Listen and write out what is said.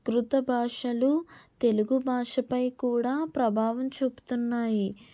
కృత భాషలు తెలుగు భాషపై కూడా ప్రభావం చూపుతున్నాయి